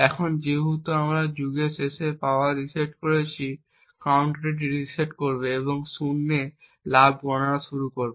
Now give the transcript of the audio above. এখন যেহেতু আমরা যুগের শেষে পাওয়ার রিসেট করেছি কাউন্টারটি রিসেট করবে এবং শূন্যে লাভ গণনা শুরু করবে